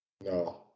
No